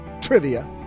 trivia